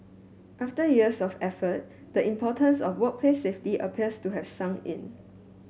after years of effort the importance of workplace safety appears to have sunk in